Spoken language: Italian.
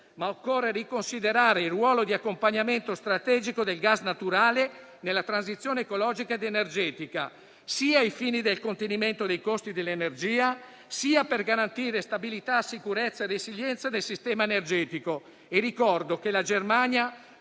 Ma occorre riconsiderare il ruolo di accompagnamento strategico del gas naturale nella transizione ecologica ed energetica, sia ai fini del contenimento dei costi dell'energia, sia per garantire stabilità, sicurezza e resilienza del sistema energetico. Ricordo che la Germania,